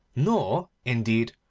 nor, indeed,